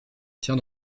tiens